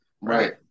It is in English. Right